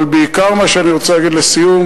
אבל בעיקר מה שאני רוצה להגיד לסיום,